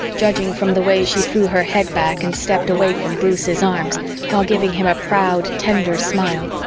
judging from the way she threw her head back and stepped away from bruce's arms while giving him a proud, tender smile.